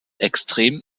extrem